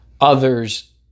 others